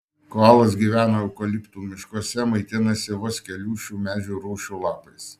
koalos gyvena eukaliptų miškuose maitinasi vos kelių šių medžių rūšių lapais